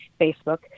Facebook